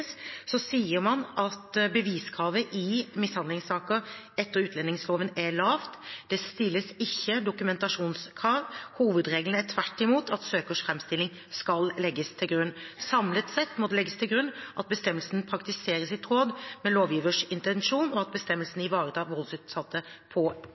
sier man at beviskravet i mishandlingssaker etter utlendingsloven er lavt. Det stilles ikke dokumentasjonskrav. Hovedregelen er tvert imot at søkers framstilling skal legges til grunn. Samlet sett må det legges til grunn at bestemmelsen praktiseres i tråd med lovgivers intensjon, og at bestemmelsen ivaretar voldsutsatte på